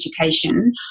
education